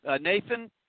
Nathan